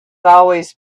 always